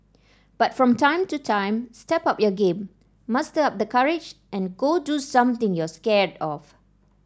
but from time to time step up your game muster up the courage and go do something you're scared of